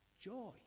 joy